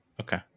Okay